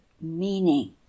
meaning